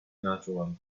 natural